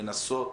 מנסות